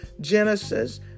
Genesis